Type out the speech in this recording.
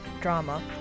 drama